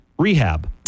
Rehab